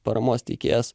paramos teikėjas